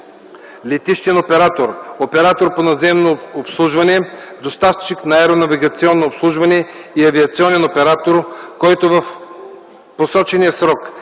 летищен оператор, оператор по наземно обслужване, доставчик на аеронавигационно обслужване и авиационен оператор, който в посочения срок не